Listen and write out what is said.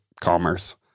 commerce